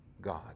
God